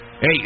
Hey